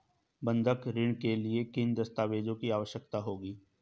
बंधक ऋण के लिए किन दस्तावेज़ों की आवश्यकता होगी?